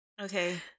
Okay